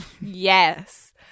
Yes